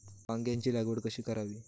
वांग्यांची लागवड कशी करावी?